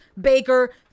Baker